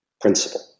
principle